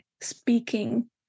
speaking